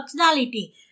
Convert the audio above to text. functionality